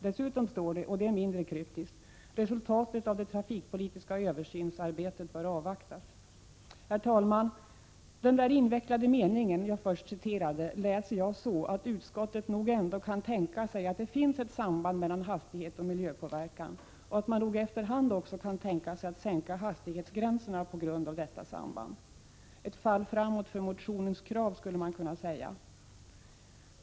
Dessutom står det — och det är mindre kryptiskt: ”Resultatet av det trafikpolitiska översynsarbetet bör avvaktas.” Herr talman! Den invecklade mening som jag först citerade läser jag så att utskottet nog ändå kan tänka sig att det finns ett samband mellan hastighet och miljöpåverkan och att man nog efter hand också kan tänka sig att sänka hastighetsgränserna på grund av detta samband. Ett fall framåt för motionens krav, skulle man kunna säga.